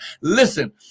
Listen